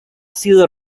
sido